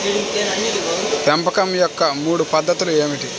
పెంపకం యొక్క మూడు పద్ధతులు ఏమిటీ?